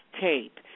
tape